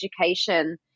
education